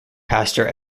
pastor